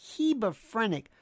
hebephrenic